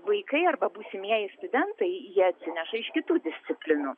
vaikai arba būsimieji studentai jie atsineša iš kitų disciplinų